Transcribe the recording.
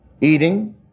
eating